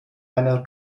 einer